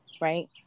Right